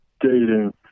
dating